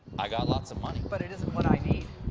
i got lots of money. but it isn't what i need.